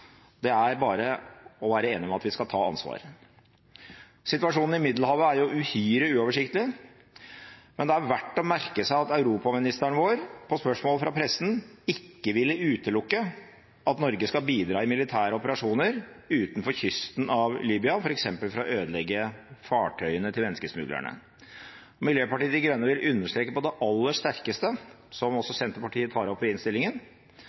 det er bare å være enige om at vi skal ta ansvar. Situasjonen i Middelhavet er jo uhyre uoversiktlig, men det er verdt å merke seg at europaministeren vår på spørsmål fra pressen ikke ville utelukke at Norge skal bidra i militære operasjoner utenfor kysten av Libya, f.eks. for å ødelegge fartøyene til menneskesmuglerne. Miljøpartiet De Grønne vil understreke på det aller sterkeste – som også Senterpartiet tar opp i innstillingen